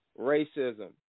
racism